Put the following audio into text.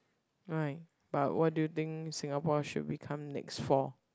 why but what do you think Singapore should become next for